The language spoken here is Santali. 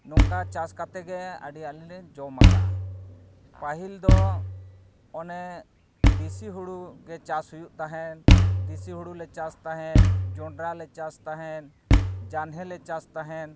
ᱱᱚᱝᱠᱟ ᱪᱟᱥ ᱠᱟᱛᱮᱫ ᱜᱮ ᱟᱹᱰᱤ ᱟᱞᱮ ᱞᱮ ᱡᱚᱢ ᱟᱠᱟᱫᱼᱟ ᱯᱟᱹᱦᱤᱞ ᱫᱚ ᱚᱱᱮ ᱫᱮᱥᱤ ᱦᱩᱲᱩ ᱜᱮ ᱪᱟᱥ ᱦᱩᱭᱩᱜ ᱛᱟᱦᱮᱸᱫ ᱫᱥᱮᱥᱤ ᱦᱩᱲᱩ ᱞᱮ ᱪᱟᱥ ᱛᱟᱦᱮᱸᱫ ᱡᱚᱸᱰᱨᱟ ᱞᱮ ᱪᱟᱥ ᱛᱟᱦᱮᱸᱫ ᱡᱟᱱᱦᱮ ᱞᱮ ᱪᱟᱥ ᱛᱟᱦᱮᱸᱫ